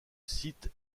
site